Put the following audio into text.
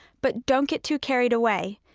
but don't get too carried away,